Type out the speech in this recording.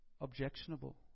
objectionable